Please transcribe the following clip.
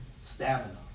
Stamina